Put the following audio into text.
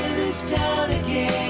town again